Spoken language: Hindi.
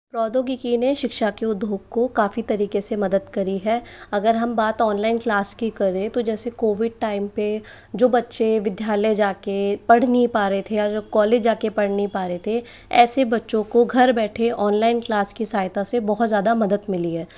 प्रौद्योगिकी ने शिक्षा के उधोग को काफ़ी तरीके से मदद करी है अगर हम बात ऑनलाइन क्लास की करें तो जैसे कोविड टाइम पे जो बच्चे विद्यालय जा के पढ़ नी पा रहे थे या जो कॉलेज जा के पढ़ नी पा रहे थे ऐसे बच्चों को घर बैठे ऑनलाइन क्लास की सहायता से बहुत ज़्यादा मदद मिली है